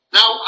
Now